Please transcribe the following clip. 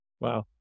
Wow